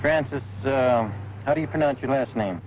francis how do you pronounce your last name